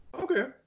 okay